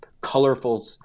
colorful